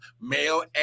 male